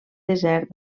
desert